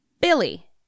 Billy